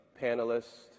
panelists